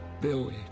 Billy